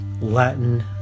Latin